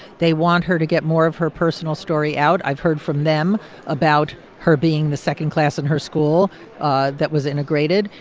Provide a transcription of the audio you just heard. they want her to get more of her personal story out. i've heard from them about her being the second class in her school ah that was integrated.